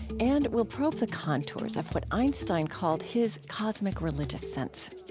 and we'll probe the contours of what einstein called his cosmic religious sense